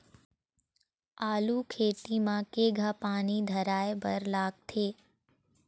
आलू खेती म केघा पानी धराए बर लागथे?